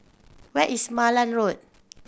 where is Malan Road